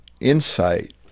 insight